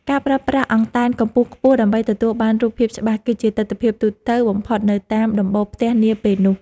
ការប្រើប្រាស់អង់តែនកម្ពស់ខ្ពស់ដើម្បីទទួលបានរូបភាពច្បាស់ គឺជាទិដ្ឋភាពទូទៅបំផុតនៅតាមដំបូលផ្ទះនាពេលនោះ។